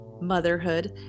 motherhood